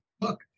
look